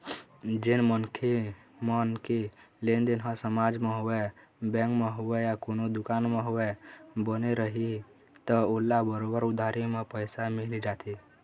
जेन मनखे मन के लेनदेन ह समाज म होवय, बेंक म होवय या कोनो दुकान म होवय, बने रइही त ओला बरोबर उधारी म पइसा मिल ही जाथे